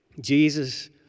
Jesus